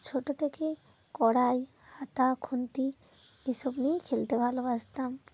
ছোটো থেকে কড়াই হাতা খুন্তি এ সব নিয়ে খেলতে ভালোবাসতাম